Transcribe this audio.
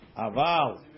Aval